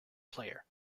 player